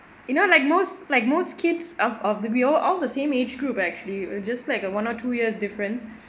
you know like most like most kids out of the we all all the same age group actually just like one or two years difference